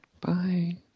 Bye